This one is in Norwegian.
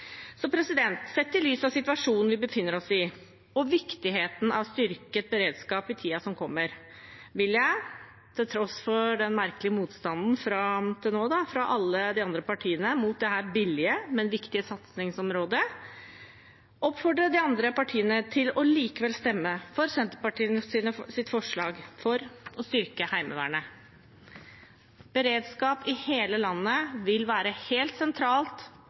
Sett i lys av situasjonen vi befinner oss i, og viktigheten av styrket beredskap i tiden som kommer, vil jeg – til tross for den merkelige motstanden fra alle de andre partiene mot dette billige, men viktige satsingsområdet – oppfordre de andre partiene til likevel å stemme for Senterpartiets forslag om å styrke Heimevernet. Beredskap i hele landet vil være helt sentralt